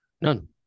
None